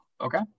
okay